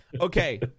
Okay